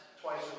twice